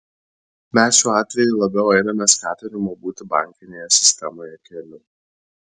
mes šiuo atveju labiau einame skatinimo būti bankinėje sistemoje keliu